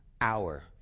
hour